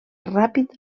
ràpid